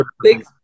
big